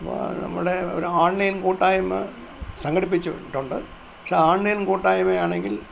നമ്മുടെ ഒരു ഓൺലൈൻ കൂട്ടായ്മ സംഘടിപ്പിച്ചി ട്ടുണ്ട് പക്ഷേ ഓൺലൈൻ കൂട്ടായ്മ ആണെങ്കിൽ